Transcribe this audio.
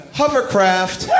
hovercraft